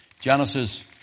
Genesis